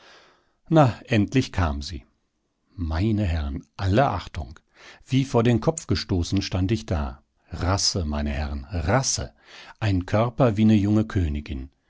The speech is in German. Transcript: na endlich kam sie meine herren alle achtung wie vor den kopf gestoßen stand ich da rasse meine herren rasse ein körper wie ne junge königin